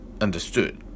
understood